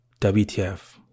wtf